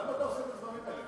למה אתה עושה את הדברים האלה?